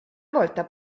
volta